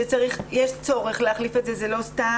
שיש צורך להחליף את זה ו לא סתם.